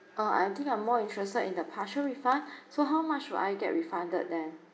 uh I I think I'm more interested in the partial refund so how much will I get refunded then